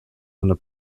under